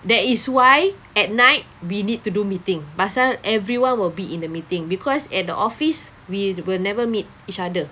that is why at night we need to do meeting pasal everyone will be in the meeting because at the office we will never meet each other